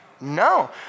No